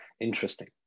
interesting